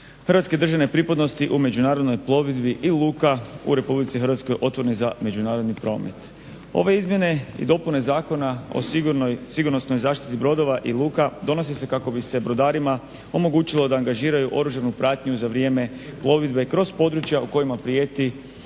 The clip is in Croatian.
Hrvatske državne pripadnosti u međunarodnoj plovidbi i luka u Republici Hrvatskoj otvorenih za međunarodni promet. Ove izmjene i dopune Zakona o sigurnosnoj zaštiti brodova i luka donosi se kako bi se brodarima omogućilo da angažiraju oružanu pratnju za vrijeme plovidbe kroz područja u kojima prijeti